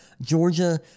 Georgia